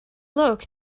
look